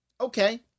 Okay